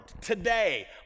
today